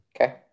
Okay